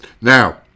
Now